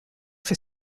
for